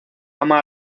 ama